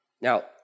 Now